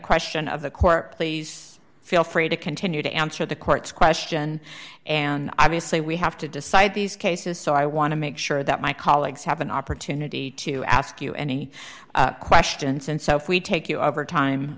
question of the court please feel free to continue to answer the court's question and i may say we have to decide these cases so i want to make sure that my colleagues have an opportunity to ask you any questions and so if we take you over time